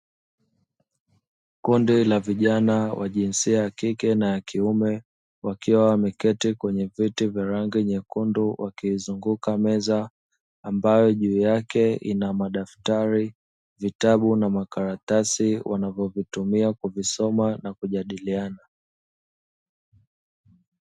Kundi la vijana wa jinsia ya kike na ya kiume wakiwa wameketi kwenye viti vya rangi nyekundu wakiizunguka meza ambayo juu yake ina mdaftari, vitabu na makaratasi wanavyovitumia kusoma na kujadiliana.